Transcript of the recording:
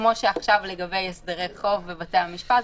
שכמו עכשיו לגבי הסדר חוב בבתי משפט,